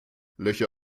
löcher